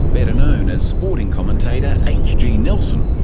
better known as sporting commentator hg nelson,